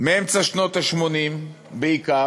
מאמצע שנות ה-80 בעיקר,